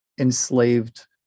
enslaved